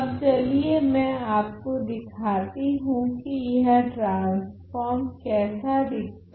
अब चलिए में आपको दिखाती हूँ की यह ट्रान्स्फ़ोर्म केसा दिखता हैं